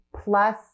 plus